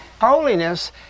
Holiness